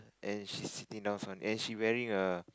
and she sitting now on and she wearing a